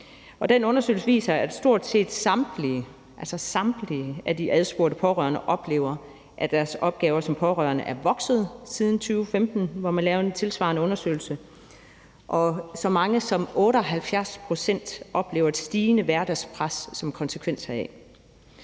den undersøgelse viser, at stort set samtlige – altså samtlige – af de adspurgte pårørende oplever, at deres opgaver som pårørende er vokset siden 2015, hvor man lavede en tilsvarende undersøgelse, og at så mange som 78 pct. oplever et stigende hverdagspres som konsekvens heraf.